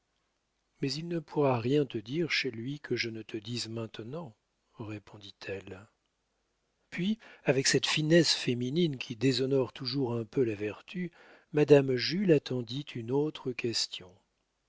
mais il ne pourra rien te dire chez lui que je ne te dise maintenant répondit-elle puis avec cette finesse féminine qui déshonore toujours un peu la vertu madame jules attendit une autre question